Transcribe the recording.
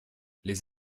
les